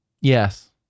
yes